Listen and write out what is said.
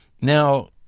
Now